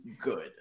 good